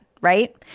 Right